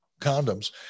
condoms